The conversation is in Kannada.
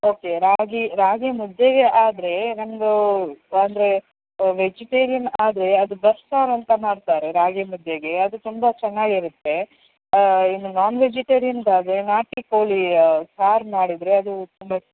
ಓಕೆ ರಾಗಿ ರಾಗಿ ಮುದ್ದೆಗೆ ಆದರೆ ಒಂದು ಅಂದರೆ ವೆಜಿಟೇರಿಯನ್ ಆದರೆ ಅದು ಬಸ್ಸಾರಂತ ಮಾಡ್ತಾರೆ ರಾಗಿ ಮುದ್ದೆಗೆ ಅದು ತುಂಬ ಚೆನ್ನಾಗಿರತ್ತೆ ಇನ್ನು ನಾನ್ ವೆಜಿಟೇರಿಯನ್ಗಾದರೆ ನಾಟಿ ಕೋಳಿ ಸಾರು ಮಾಡಿದರೆ ಅದು ತುಂಬ